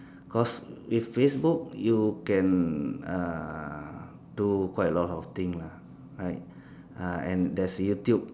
cause with Facebook you can uh do quite a lot of thing lah right and there's YouTube